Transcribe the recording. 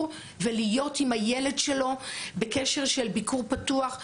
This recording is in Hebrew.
ולהיות עם הילד בקשר של ביקור פתוח.